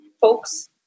folks